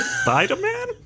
Spider-Man